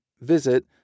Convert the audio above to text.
visit